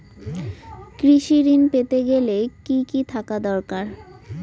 কৃষিঋণ পেতে গেলে কি কি থাকা দরকার?